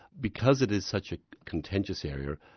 because it is such a contentious area,